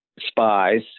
spies